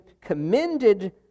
commended